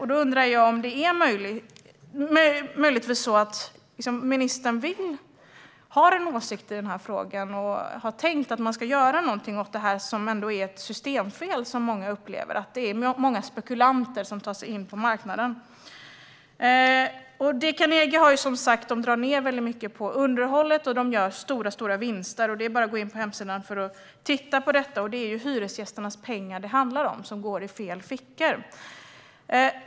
Har ministern möjligen en åsikt i den här frågan och tänker att man ska göra något åt detta som många upplever är ett systemfel med många spekulanter som tar sig in på marknaden? D. Carnegie drar som sagt var ned väldigt mycket på underhållet och gör stora vinster. Det är bara att gå in på hemsidan och titta på detta, och det är ju hyresgästernas pengar som går ned i fel fickor.